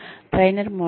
trainer models